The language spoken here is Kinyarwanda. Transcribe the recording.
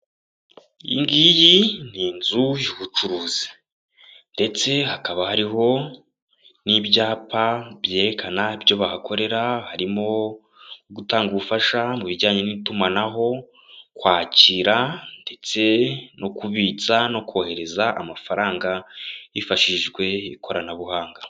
Iyi ngiyi ni inzu y'ubucuruzi ndetse hakaba hariho n'ibyapa byerekana ibyo bahakorera, harimo gutanga ubufasha mu bijyanye n'itumanaho, kwakira ndetse no kubitsa no kohereza amafaranga, hifashishijwe ikoranabuhanga.